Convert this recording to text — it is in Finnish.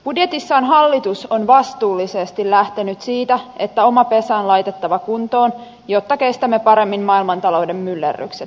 budjetissaan hallitus on vastuullisesti lähtenyt siitä että oma pesä on laitettava kuntoon jotta kestämme paremmin maailmantalouden myllerrykset